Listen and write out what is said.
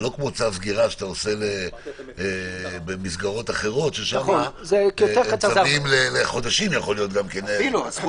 זה לא כמו צו סגירה שאתה עושה במסגרות אחרות שיכול להיות למשך חודשים.